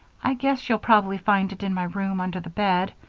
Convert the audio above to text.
i guess you'll probably find it in my room under the bed,